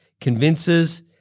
convinces